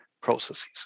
Processes